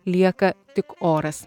lieka tik oras